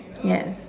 yes